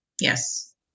Yes